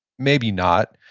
maybe not.